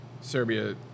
Serbia